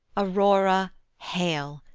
aurora hail,